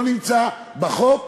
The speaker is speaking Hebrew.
לא נמצא בחוק,